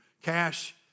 cash